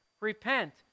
Repent